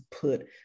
put